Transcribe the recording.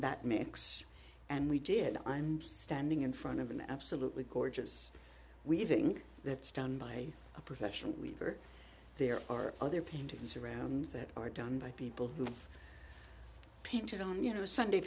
that mix and we did i'm standing in front of an absolutely gorgeous weaving that's done by a professional weaver there are other paintings around that are done by people who have painted on you know sunday